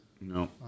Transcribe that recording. No